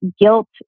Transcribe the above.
guilt